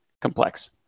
complex